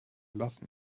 lassen